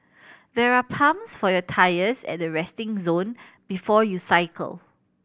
there are pumps for your tyres at the resting zone before you cycle